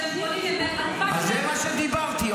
שאין להם פנסיות --- על זה דיברתי,